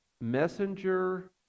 messenger